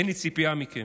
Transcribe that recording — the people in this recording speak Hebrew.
אין לי ציפייה מכם.